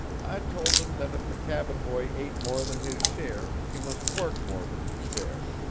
i told him that if the cabin-boy ate more than his share, he must work more than his share,